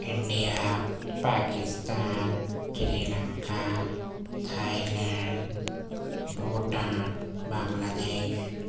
India Pakistan Sri Lanka Thailand Bhutan بنگلہ دیش